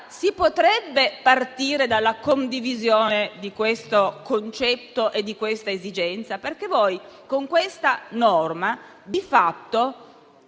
si potrebbe partire dalla condivisione di questo concetto e di questa esigenza? Con questa norma di fatto